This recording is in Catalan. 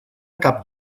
cap